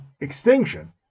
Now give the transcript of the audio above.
extinction